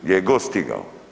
Gdje je god stigao.